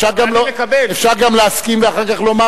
אפשר גם לא,